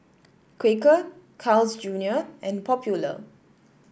Quaker Carl's Junior and Popular